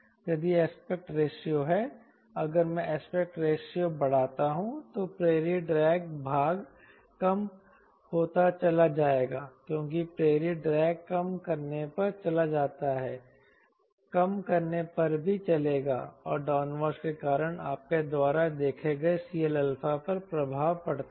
यदि aspect ratio है अगर मैं एस्पेक्ट रेशियो बढ़ाता हूं तो प्रेरित ड्रैग भाग कम होता चला जाएगा क्योंकि प्रेरित ड्रैग कम करने पर चला जाता है कम करने पर भी चलेगा और डाउनवॉश के कारण आपके द्वारा देखे गए CLα पर प्रभाव पड़ता है